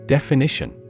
Definition